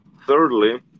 Thirdly